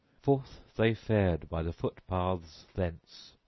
forth they fared by the footpaths thence,